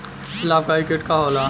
लाभकारी कीट का होला?